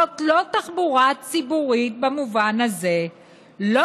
זה לא תחבורה ציבורית במובן הזה"; "לא